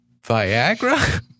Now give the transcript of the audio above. Viagra